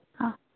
ہاں